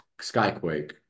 skyquake